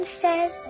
says